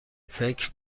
فکر